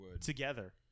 together